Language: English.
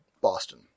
Boston